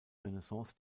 renaissance